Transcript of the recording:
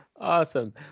Awesome